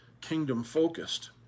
kingdom-focused